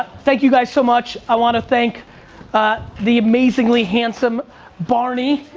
thank you guys so much. i wanna thank the amazingly handsome barney.